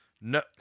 No